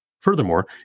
Furthermore